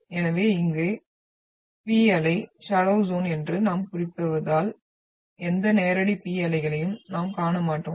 எனவே இங்கே P அலை ஷடோவ் ஜ்யோன் என்று நாம் குறிப்பிடுவதால் எந்த நேரடி P அலைகளையும் நாம் காண மாட்டோம்